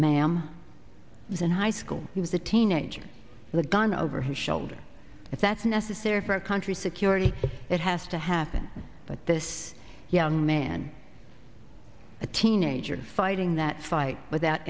ma'am i was in high school he was a teenager with a gun over his shoulder if that's necessary for our country's security it has to happen but this young man a teenager fighting that fight without